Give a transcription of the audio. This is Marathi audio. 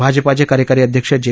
भाजपाचे कार्यकारी अध्यक्ष जे